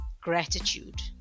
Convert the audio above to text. gratitude